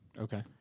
Okay